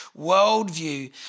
worldview